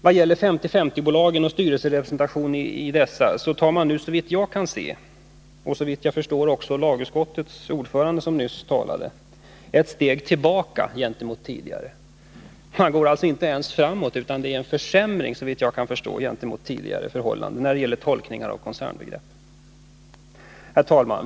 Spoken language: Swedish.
Vad gäller 50/50-bolagen och styrelserepresentationen i dessa tar man såvitt jag kan se — och såvitt jag förstår lagutskottets ordförande, som nyss talade — ett steg tillbaka. Man går alltså inte ens framåt, utan det är en försämring i förhållande till tidigare tolkningar av koncernbegreppet. Herr talman!